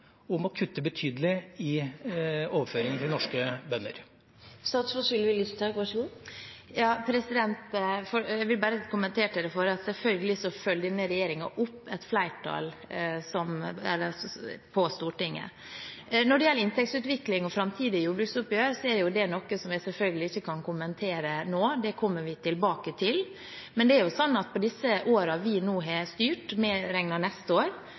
om å kutte betydelig i overføringene til norske bønder? Jeg vil bare kommentere til det forrige at selvfølgelig følger denne regjeringen opp et flertall på Stortinget. Når det gjelder inntektsutvikling og framtidige jordbruksoppgjør, er det noe jeg selvfølgelig ikke kan kommentere nå. Det kommer vi tilbake til. Men i de årene vi nå har styrt, medregnet neste år, har vi økt bevilgningene til jordbruket med